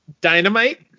dynamite